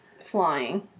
flying